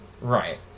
Right